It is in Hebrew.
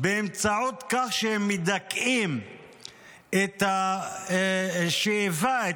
בכך שהם מדכאים את השאיפה,